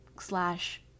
slash